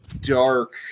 dark